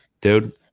dude –